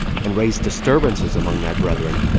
and raised disturbances among thy brethren,